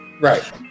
Right